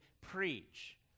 preach